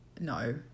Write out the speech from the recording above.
no